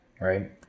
right